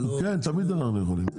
כן תמיד אנחנו יכולים.